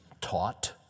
taught